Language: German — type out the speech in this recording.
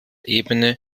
ebene